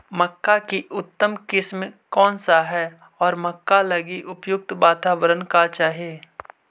मक्का की उतम किस्म कौन है और मक्का लागि उपयुक्त बाताबरण का चाही?